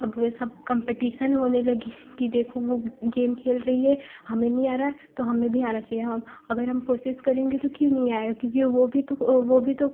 अब सब कम्पटीसन होने लगी कि देखो वो गेम खेल रही है हमें नहीं आ रहा तो हमें भी आना चाहिए हम अगर हम कोशिश करेंगे तो क्यों नहीं आएगा क्योंकि वो भी तो वो भी तो